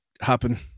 happen